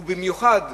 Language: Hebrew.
ובמיוחד,